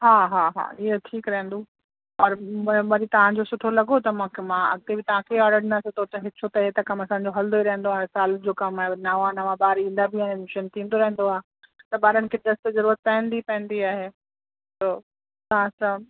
हा हा हा इहो ठीकु रहंदो और म वरी तव्हां जो सुठो लॻो त मूंखे मां अॻि ते बि तव्हां खे ई ऑर्डर ॾींदासीं त हुतां छो त हे त कम असांजो हलंदो ई रहंदो आहे हर साल जो कम आहे नवां नवां ॿार ईंदा बि आहिनि थींदो रहंदो आहे ॿारनि खे ड्रेस जी ज़रूरत त पवंदी पवंदी आहे त तव्हां सां